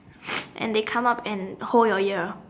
and they come out and hold your ear